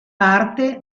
parte